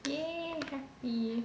!yay! happy